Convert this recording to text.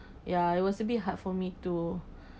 ya it was a bit hard for me to